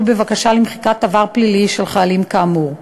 בבקשה למחיקת עבר פלילי של חיילים כאמור,